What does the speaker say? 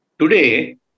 Today